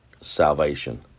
salvation